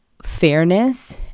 fairness